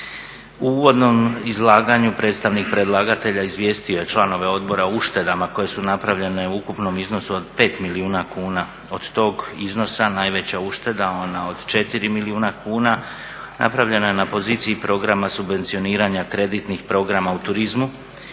U uvodnom izlaganju predstavnik predlagatelja izvijestio je članove odbora o uštedama koje su napravljene u ukupnom iznosu od 5 milijuna kuna. od tog iznosa najveća ušteda ona od 4 milijuna kuna napravljena je na poziciji programa subvencioniranja kreditnih programa u turizmu,